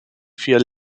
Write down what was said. vier